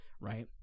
right